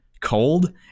cold